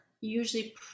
usually